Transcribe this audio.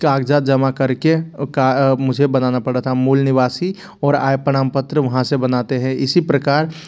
कागज़ात जमा करके का मुझे बनाना पड़ा था मूल निवासी और आय प्रमाणपत्र वहाँ से बनाते हैं इसी प्रकार